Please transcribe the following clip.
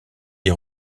des